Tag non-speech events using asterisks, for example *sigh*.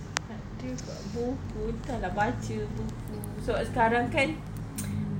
tak ada akak buku tak lah baca buku sebab sekarang kan *noise*